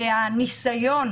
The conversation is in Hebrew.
הניסיון